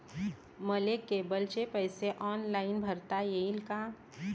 मले केबलचे पैसे ऑनलाईन भरता येईन का?